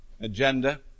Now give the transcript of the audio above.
agenda